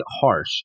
Harsh